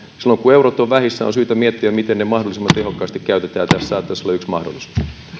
silloin kun eurot ovat vähissä on syytä miettiä miten ne mahdollisimman tehokkaasti käytetään ja tässä saattaisi olla yksi mahdollisuus